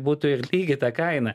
būtų ir lygi ta kaina